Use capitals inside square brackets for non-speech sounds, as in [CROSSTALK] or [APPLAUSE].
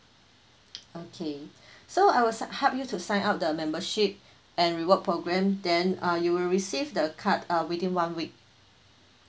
okay [BREATH] so I will se~ help you to sign up the membership and reward program then uh you will receive the card uh within one week